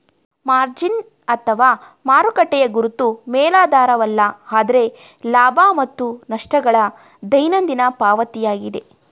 margin ಅಥವಾ ಮಾರುಕಟ್ಟೆಯ ಗುರುತು ಮೇಲಾಧಾರವಲ್ಲ ಆದ್ರೆ ಲಾಭ ಮತ್ತು ನಷ್ಟ ಗಳ ದೈನಂದಿನ ಪಾವತಿಯಾಗಿದೆ